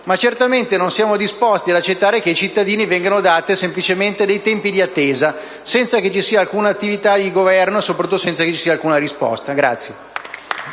ma certamente non siamo disposti ad accettare che ai cittadini vengano dati semplicemente dei tempi di attesa, senza che vi sia alcuna attività di governo e soprattutto senza che ci sia alcuna risposta.